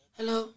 Hello